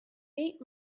eight